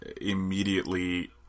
immediately